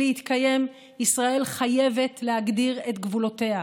להתקיים ישראל חייבת להגדיר את גבולותיה,